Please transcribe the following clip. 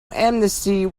amnesty